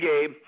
Gabe